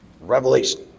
revelation